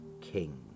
king